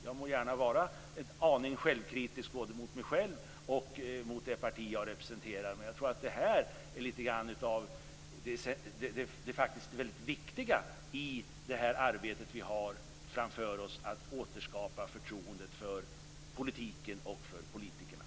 Jag må vara en aning kritisk både mot mig själv och mot det parti jag representerar, men jag tror att detta är väldigt viktigt i det arbete vi har framför oss när det gäller att återskapa förtroendet för politiken och för politikerna.